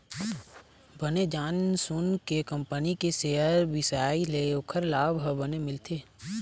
बने जान सून के कंपनी के सेयर बिसाए ले ओखर लाभ ह बने मिलथे